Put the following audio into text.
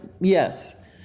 yes